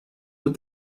what